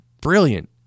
brilliant